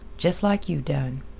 jest like you done.